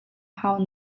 hau